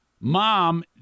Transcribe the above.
mom